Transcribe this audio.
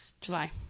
July